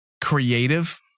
creative